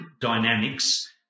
dynamics